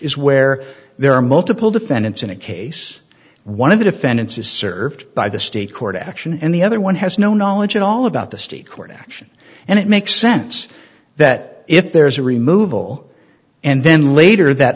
is where there are multiple defendants in a case one of the defendants is served by the state court action and the other one has no knowledge at all about the state court action and it makes sense that if there's a removeable and then later that